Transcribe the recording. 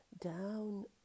down